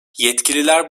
yetkililer